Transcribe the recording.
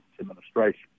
Administration